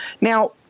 Now